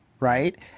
Right